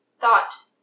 thought